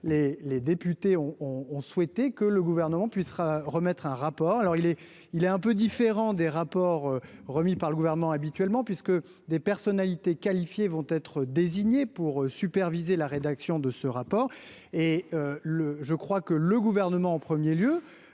les députés ont ont souhaité que le gouvernement puisse sera remettre un rapport, alors il est, il est un peu différent des rapports remis par le gouvernement, habituellement puisque des personnalités qualifiées, vont être désignés pour superviser la rédaction de ce rapport et le je crois que le gouvernement en 1er lieu